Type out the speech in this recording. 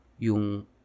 Yung